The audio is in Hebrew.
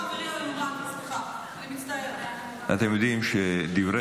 סליחה, חברי